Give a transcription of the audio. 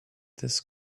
this